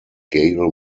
gail